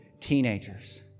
teenagers